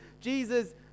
Jesus